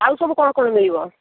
ଆଉ ସବୁ କଣ କଣ ମିଳିବ